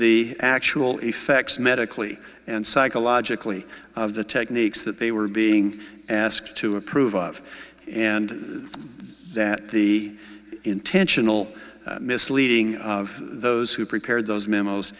the actual effects medically and psychologically of the techniques that they were being asked to approve of and that the intentional misleading of those who prepared those memos